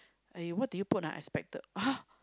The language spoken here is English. eh what did you put !huh! expected !huh!